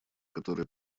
которое